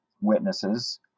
witnesses